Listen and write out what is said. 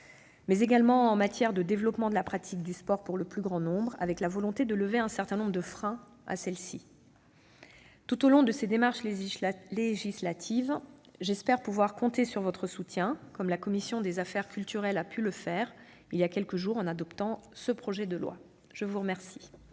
mais également en matière de développement de la pratique du sport pour le plus grand nombre, avec la volonté de lever un certain nombre de freins à celle-ci. Tout au long de ces démarches législatives, j'espère pouvoir compter sur votre soutien, comme la commission de la culture, de l'éducation et de la communication a pu le faire, voilà quelques jours, en adoptant ce projet de loi. La parole